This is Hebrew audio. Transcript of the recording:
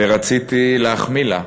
ורציתי להחמיא לה,